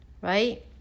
right